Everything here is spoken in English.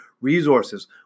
resources